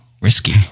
Risky